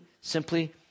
simply